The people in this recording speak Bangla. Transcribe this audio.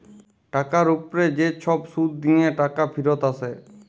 টাকার উপ্রে যে ছব সুদ দিঁয়ে টাকা ফিরত আসে